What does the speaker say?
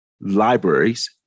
libraries